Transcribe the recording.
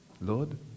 Lord